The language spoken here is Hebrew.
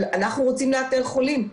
אבל אנחנו רוצים לאתר חולים.